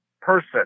person